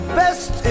best